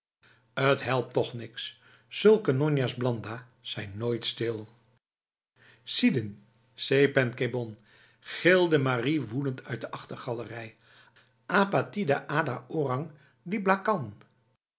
het helpt toch niets zulke njonjas blanda zijn nooit stilf sidin sepèn kebon gilde marie woedend uit de achtergalerij apa tida ada orang